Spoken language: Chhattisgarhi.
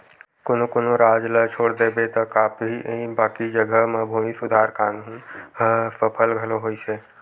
कोनो कोनो राज ल छोड़ देबे त बाकी जघा म भूमि सुधार कान्हून ह सफल घलो होइस हे